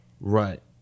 Right